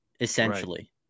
essentially